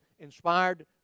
inspired